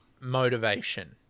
motivation